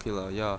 okay lah ya